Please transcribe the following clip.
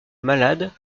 malade